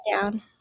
down